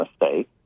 mistake